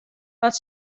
wat